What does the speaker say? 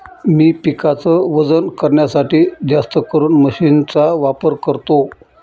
मी पिकाच वजन करण्यासाठी जास्तकरून मशीन चा वापर करतो